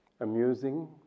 amusing